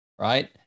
Right